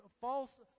false